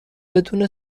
بدون